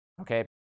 okay